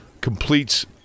completes